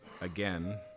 again